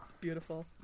Beautiful